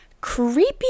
Creepy